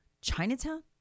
Chinatown